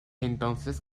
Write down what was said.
entonces